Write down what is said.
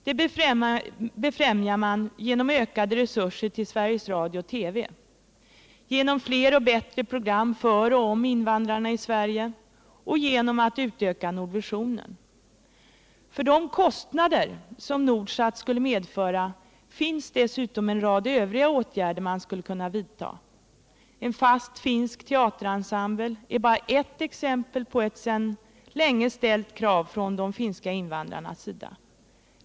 Det befrämjar man genom ökade resurser till Sveriges Radio/TV, genom fler och bättre program för och om invandrarna i Sverige samt genom att utöka Nordvisionen. För de kostnader Nordsat skulle medföra skulle dessutom en rad andra åtgärder kunna vidtas. En fast finsk teaterensemble är bara ett exempel på ett sedan länge ställt krav från de finska invandrarna.